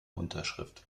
unterschrift